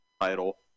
title